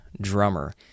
drummer